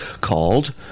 called